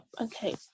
okay